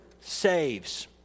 saves